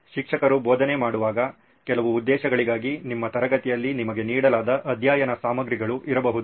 ಶಿಕ್ಷಕರು ಬೋಧನೆ ಮಾಡುವಾಗ ಕೆಲವು ಉದ್ದೇಶಗಳಿಗಾಗಿ ನಿಮ್ಮ ತರಗತಿಯಲ್ಲಿ ನಿಮಗೆ ನೀಡಲಾದ ಅಧ್ಯಯನ ಸಾಮಗ್ರಿಗಳು ಇರಬಹುದು